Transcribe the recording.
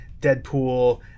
Deadpool